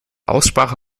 aussprache